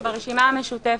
הצבעה הרוויזיה לא אושרה.